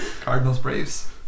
Cardinals-Braves